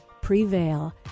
Prevail